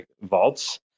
vaults